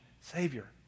Savior